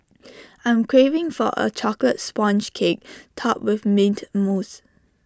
I'm craving for A Chocolate Sponge Cake Topped with Mint Mousse